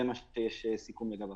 זה מה שסוכם עליו.